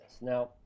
Now